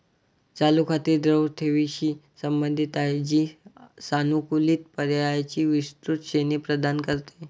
चालू खाती द्रव ठेवींशी संबंधित आहेत, जी सानुकूलित पर्यायांची विस्तृत श्रेणी प्रदान करते